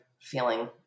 Feeling